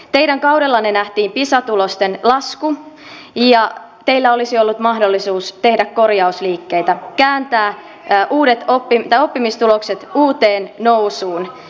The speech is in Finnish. teidän kaudellanne nähtiin pisa tulosten lasku ja teillä olisi ollut mahdollisuus tehdä korjausliikkeitä kääntää oppimistulokset uuteen nousuun